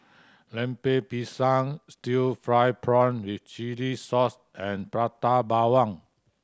Lemper Pisang still fry prawn with chili sauce and Prata Bawang